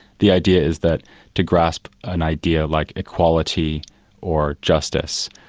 the idea is that to grasp an idea like equality or justice,